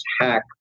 hack